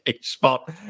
spot